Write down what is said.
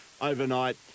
overnight